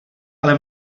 ale